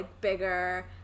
bigger